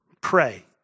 Pray